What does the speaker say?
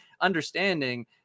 understanding